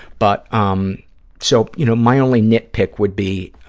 but um so, you know, my only nitpick would be,